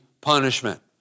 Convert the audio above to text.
punishment